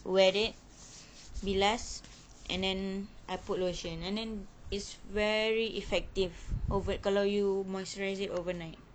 wear it bilas and then I put lotion and then is very effective kalau you moisturize it overnight